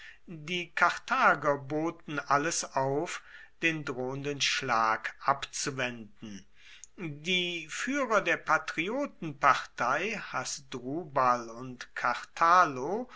die karthager boten alles auf den drohenden schlag abzuwenden die führer der patriotenpartei hasdrubal und